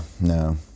no